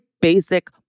basic